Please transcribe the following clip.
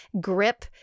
grip